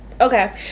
Okay